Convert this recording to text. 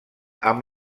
amb